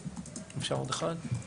(שקף: צוות משפטי "חבילת חקיקה").